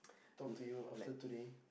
talk to you after today